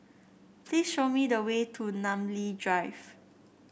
please show me the way to Namly Drive